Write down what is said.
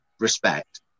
respect